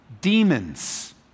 demons